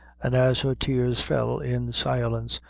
and as her tears fell in silence,